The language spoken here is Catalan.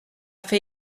fer